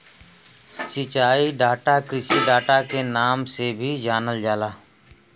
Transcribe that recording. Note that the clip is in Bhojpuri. सिंचाई डाटा कृषि डाटा के नाम से भी जानल जाला